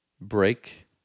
break